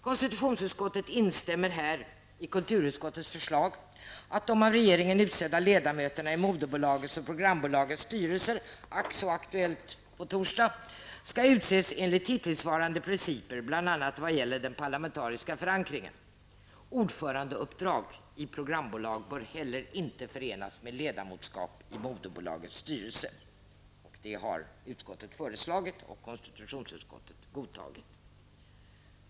Konstitutionsutskottet instämmer här i kulturutskottets förslag att de av regeringen utsedda ledamöterna i moderbolagets och programbolagets styrelse -- ack så aktuellt på torsdag -- skall utses enligt hittillsvarande principer bl.a. vad gäller den parlamentariska förankringen. Ordförandeuppdrag i programbolag bör heller inte förenas med ledamotskap i moderbolagets styrelse. Detta har utskottet föreslagit och konstitutionsutskottet godtagit.